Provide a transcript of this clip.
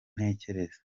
ntekereza